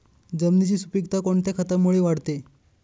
जमिनीची सुपिकता कोणत्या खतामुळे वाढते?